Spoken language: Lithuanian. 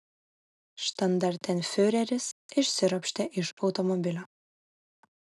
štandartenfiureris išsiropštė iš automobilio